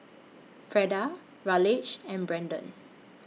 Freda Raleigh and Braedon